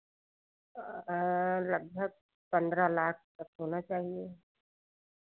लगभग पन्द्रह लाख तक होना चाहिए